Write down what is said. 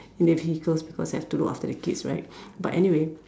in the vehicles because I have to look after the kids right but anyway